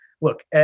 look